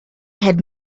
had